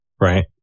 Right